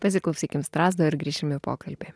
pasiklausykim strazdo ir grįšim į pokalbį